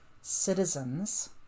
citizens